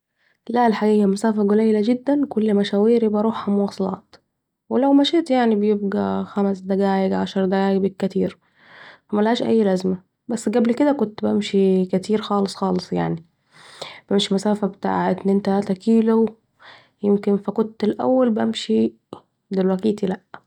لأ الحقيقة مسافه قليله جداً كل مشاويري بروحها مواصلات ولو مشيت يعني بيبقي خمس دقايق عشر دقايق بالكتير فا ملهاش ااااي لازمه بس قبل كت بمشي كتير يعني خالص خالص بمشي مسافه بتاع اتنين تلاته كيلوا يمكن فا كت الأول بمشي دلوكيتي لا